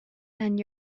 and